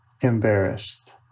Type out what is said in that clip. embarrassed